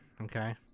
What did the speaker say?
Okay